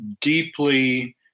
deeply